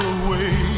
away